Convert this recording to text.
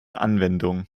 anwendung